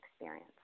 experience